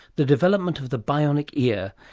the development of the bionic ear,